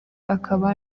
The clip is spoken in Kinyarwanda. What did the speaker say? akaba